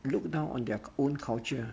look down on their own culture